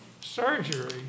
surgery